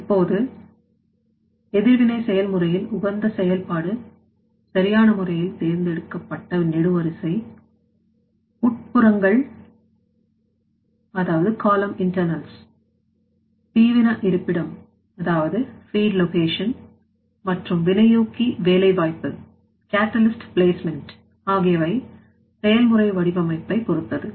இப்போது எதிர்வினை செயல்முறையில் உகந்த செயல்பாடு சரியான முறையில் தேர்ந்தெடுக்கப்பட்ட நெடுவரிசை உட்புற ங்கள் தீவன இருப்பிடம் மற்றும் வினையூக்கி வேலைவாய்ப்பு ஆகியவை செயல்முறை வடிவமைப்பை பொருத்தது